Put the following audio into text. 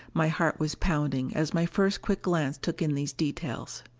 my heart was pounding as my first quick glance took in these details.